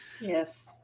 Yes